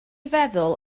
feddwl